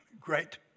Great